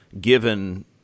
given